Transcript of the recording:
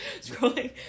scrolling